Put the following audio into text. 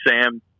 sam